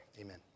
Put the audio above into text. Amen